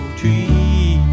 tree